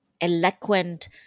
eloquent